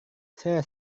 saya